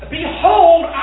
Behold